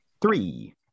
Three